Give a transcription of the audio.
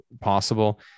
possible